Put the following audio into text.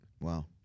Wow